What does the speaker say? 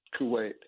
Kuwait